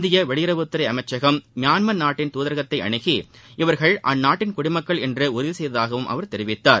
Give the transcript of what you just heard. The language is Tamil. இந்திய வெளியுறவுத்துறை அமைச்சகம் மியான்மர் நாட்டின் துதரகத்தை அணுகி இவர்கள் அந்நாட்டின் குடிமக்கள் என்று உறுதி செய்ததாகவும் தெரிவித்தார்